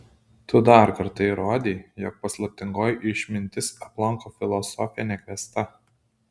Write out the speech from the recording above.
tu dar kartą įrodei jog paslaptingoji išmintis aplanko filosofę nekviesta